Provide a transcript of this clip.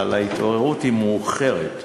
אבל ההתעוררות היא מאוחרת.